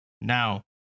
Now